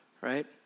right